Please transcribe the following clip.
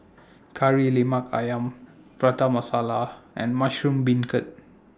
Kari Lemak Ayam Prata Masala and Mushroom Beancurd